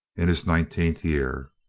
in his nineteenth year.